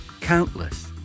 countless